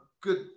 good